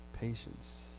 Patience